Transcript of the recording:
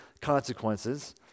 consequences